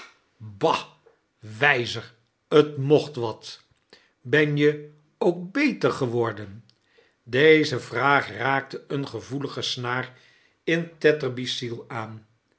ba wijzer t mocht wat ben je ook beter geworden deze vraag raakte eene gevoelige snaar in tetterby's ziel aan